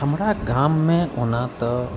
हमरा गाममे ओना तऽ